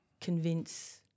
convince